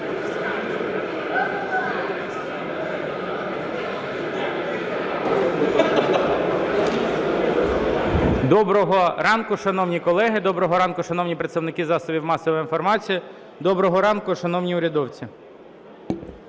Доброго ранку, шановні колеги! Доброго ранку, шановні представники засобів масової інформації! Доброго ранку, шановні урядовці!